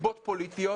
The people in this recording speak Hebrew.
סיבות פוליטיות,